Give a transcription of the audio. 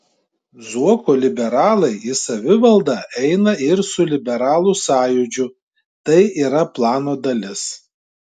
zuoko liberalai į savivaldą eina ir su liberalų sąjūdžiu tai yra plano dalis